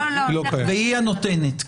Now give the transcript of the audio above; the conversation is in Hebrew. והיא הנותנת.